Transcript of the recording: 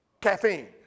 caffeine